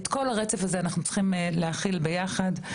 את כל הרצף הזה אנחנו צריכים להכיל ביחד,